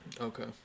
Okay